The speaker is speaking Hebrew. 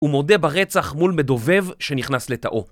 הוא מודה ברצח מול מדובב שנכנס לתאו